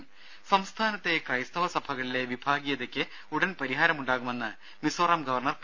ദേദ സംസ്ഥാനത്തെ ക്രൈസ്തവ സഭകളിലെ വിഭാഗീയതയ്ക്ക് ഉടൻ പരിഹാരം ഉണ്ടാകുമെന്ന് മിസോറം ഗവർണർ പി